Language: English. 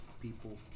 people